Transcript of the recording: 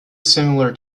similar